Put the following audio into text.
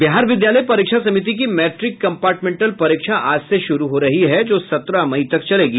बिहार विद्यालय परीक्षा समिति की मैट्रिक कंपार्टमेंटल परीक्षा आज से शुरू हो रही है जो सत्रह मई तक चलेगी